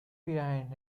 behind